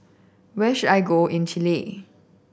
where should I go in Chile